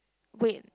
wait